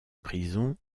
prison